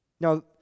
Now